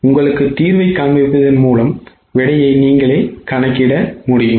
உங்களுக்கு தீர்வைக் காண்பிப்பதன் மூலம் விடையை நீங்களே கணக்கிட முடியும்